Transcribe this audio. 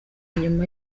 nyuma